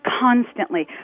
Constantly